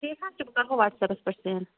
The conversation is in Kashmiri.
ٹھیٖک حظ چھُ بہٕ کَرہو واٹٕس ایپَس پٮ۪ٹھ سیٚنڈ